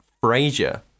Frazier